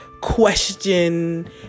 question